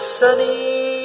sunny